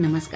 नमस्कार